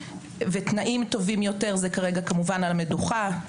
ותנאים טובים יותר זה כרגע כמובן על המדוכה.